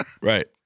right